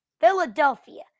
philadelphia